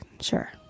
Sure